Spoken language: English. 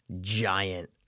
Giant